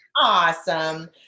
Awesome